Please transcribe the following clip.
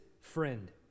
friend